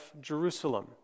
Jerusalem